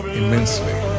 immensely